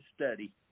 study